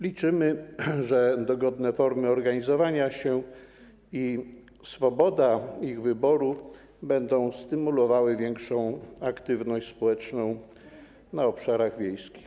Liczymy, że dogodne formy organizowania się i swoboda ich wyboru będą stymulowały większą aktywność społeczną na obszarach wiejskich.